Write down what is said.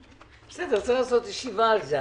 צריך לעשות ישיבה על זה,